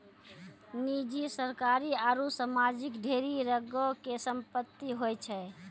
निजी, सरकारी आरु समाजिक ढेरी रंगो के संपत्ति होय छै